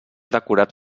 decorat